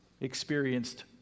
experienced